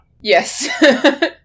Yes